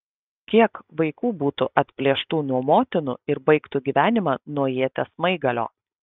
kiek vaikų būtų atplėštų nuo motinų ir baigtų gyvenimą nuo ieties smaigalio